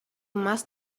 must